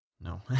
No